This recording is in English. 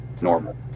normal